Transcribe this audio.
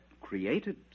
created